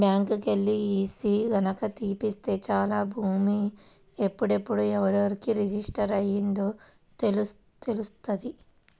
బ్యాంకుకెల్లి ఈసీ గనక తీపిత్తే చాలు భూమి ఎప్పుడెప్పుడు ఎవరెవరికి రిజిస్టర్ అయ్యిందో తెలుత్తది